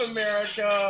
America